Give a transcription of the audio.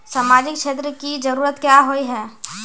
सामाजिक क्षेत्र की जरूरत क्याँ होय है?